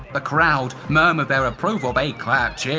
crowd murmured their approval. they clapped, cheered,